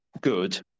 good